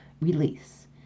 release